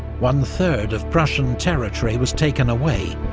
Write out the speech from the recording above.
one third of prussian territory was taken away,